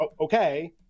okay